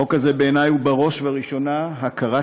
החוק הזה בעיני הוא בראש ובראשונה הכרת